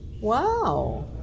Wow